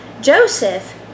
Joseph